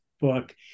book